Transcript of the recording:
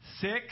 six